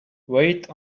wait